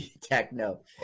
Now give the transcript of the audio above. Techno